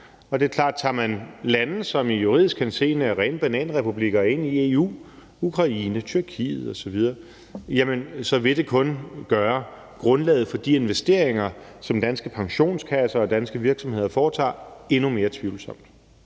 Det er klart, at tager man lande, som i juridisk henseende er rene bananrepublikker, ind i EU – Ukraine, Tyrkiet osv. – så vil det kun gøre grundlaget for de investeringer, som danske pensionskasser og danske virksomheder foretager, endnu mere tvivlsomt.